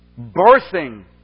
birthing